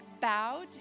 bowed